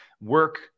work